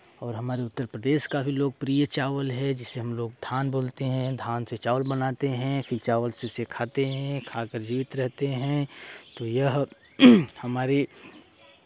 और हमारे उत्तरप्रदेश का भी लोकप्रिय चावल है जिसे हमलोग धान बोलते हैं धान से चावल बनाते हैं फिर चावल से उसे खाते हैं खाकर जीवित रहते हैं तो यह हमारे